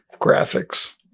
graphics